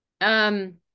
Um-